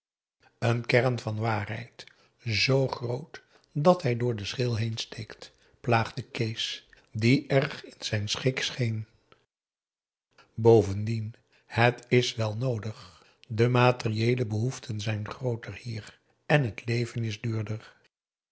een kern van waarheid zoo groot dat hij door de schil heen steekt plaagde kees die erg in zijn schik scheen bovendien het is wel noodig de materieele behoeften zijn grooter hier en het leven is duurder